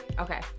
Okay